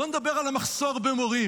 בואו נדבר על המחסור במורים.